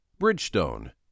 Bridgestone